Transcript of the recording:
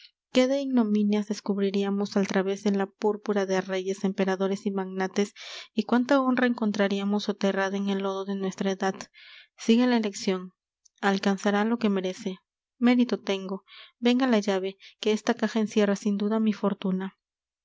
qué de ignominias descubriríamos al traves de la púrpura de reyes emperadores y magnates y cuánta honra encontraríamos soterrada en el lodo de nuestra edad siga la eleccion alcanzará lo que merece mérito tengo venga la llave que esta caja encierra sin duda mi fortuna